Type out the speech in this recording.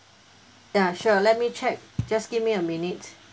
uh sure let me check just give me a minute